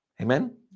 Amen